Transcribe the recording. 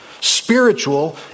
Spiritual